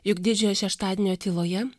juk didžiojo šeštadienio tyloje